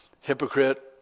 hypocrite